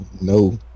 No